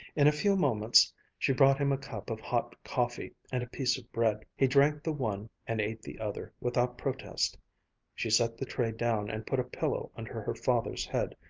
in a few moments she brought him a cup of hot coffee and a piece of bread. he drank the one and ate the other without protest she set the tray down and put a pillow under her father's head,